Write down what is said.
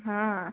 ಹಾಂ